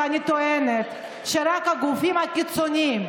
אני רק טוענת שבגופים הקיצוניים,